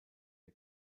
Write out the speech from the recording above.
der